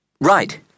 Right